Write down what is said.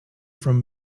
from